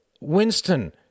Winston